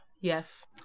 yes